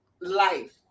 life